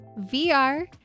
VR